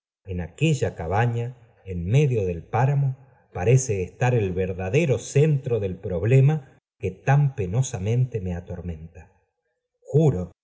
en aquella cabaña en medio del páramo parece estar el verdadero centro del problema que tan penosamente me atormenta juro que